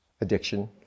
addiction